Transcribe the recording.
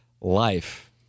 life